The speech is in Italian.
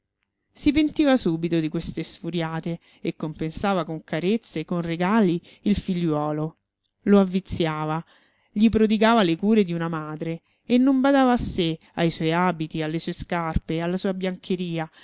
si pentiva subito di queste sfuriate e compensava con carezze con regali il figliuolo lo avviziava gli prodigava le cure di una madre e non badava a sé ai suoi abiti alle sue scarpe alla sua biancheria